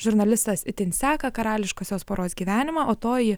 žurnalistas itin seka karališkosios poros gyvenimą o toji